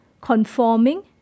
conforming